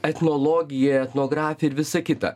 etnologija etnografija ir visa kita